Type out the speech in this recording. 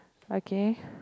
okay